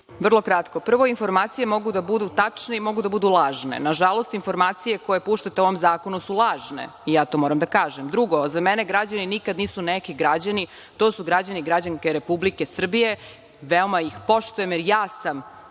Vrlo kratko. Prvo informacije mogu da budu tačne i mogu da budu lažne. Nažalost informacije koje puštate o ovom zakonu su lažne i ja to moram da kažem. Drugo, za mene građani nikad nisu neki građani, to su građani i građanke Republike Srbije, veoma ih poštujem, jer sam